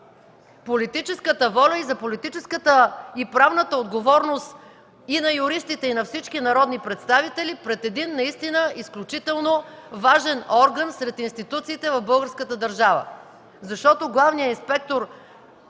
политическата воля и правната отговорност и на юристите, и на всички народни представители пред един изключително важен орган сред институциите в българската държава. Главният инспектор